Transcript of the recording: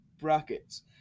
brackets